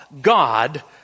God